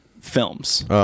films